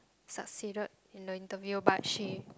succeeded in the interview but she